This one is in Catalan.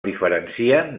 diferencien